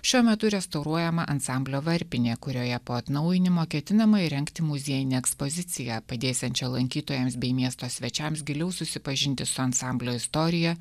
šiuo metu restauruojama ansamblio varpinė kurioje po atnaujinimo ketinama įrengti muziejinę ekspoziciją padėsiančia lankytojams bei miesto svečiams giliau susipažinti su ansamblio istorija